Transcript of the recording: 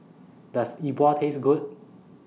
Does Yi Bua Taste Good